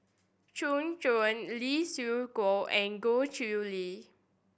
Gu Juan Lee Siew Choh and Goh Chiew Lye